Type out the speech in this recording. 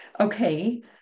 Okay